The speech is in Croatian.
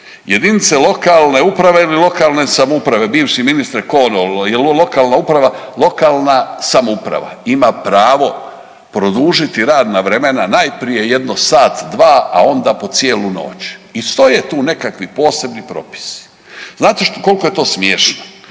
jedinice lokalne uprave ili lokalne samouprave, bivši ministre ko ono jel lokalna uprava, lokalna samouprava ima pravo produžiti radna vremena najprije jedno sat, dva, a onda po cijelu noć i stoje tu nekakvi posebni propisi. Znate koliko je to smiješno